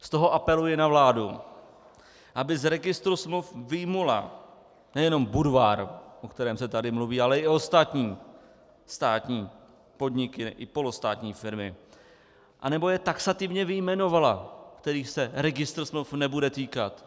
Z toho apeluji na vládu, aby z registru smluv vyjmula nejenom Budvar, o kterém se tady mluví, ale i ostatní státní podniky, i polostátní firmy, anebo je taxativně vyjmenovala, kterých se registr smluv nebude týkat.